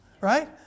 Right